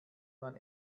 man